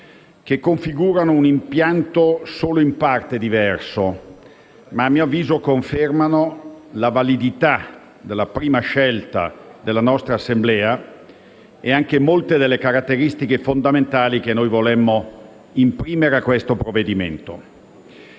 che configurano un impianto solo in parte diverso, ma che a mio avviso confermano la validità della prima scelta della nostra Assemblea e anche molte delle caratteristiche fondamentali che volemmo imprimere al provvedimento.